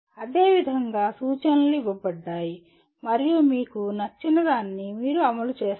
అదే విధంగా సూచనలు ఇవ్వబడ్డాయి మరియు మీకు నచ్చినదాన్ని మీరు అమలు చేస్తారు